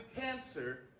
cancer